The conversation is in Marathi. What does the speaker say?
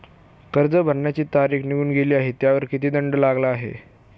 कर्ज भरण्याची तारीख निघून गेली आहे त्यावर किती दंड लागला आहे?